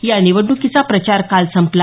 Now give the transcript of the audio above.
या निवडणुकीचा प्रचार काल संपला